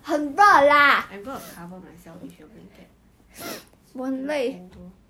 but err I hate red cross it was the worst C_C_A ever because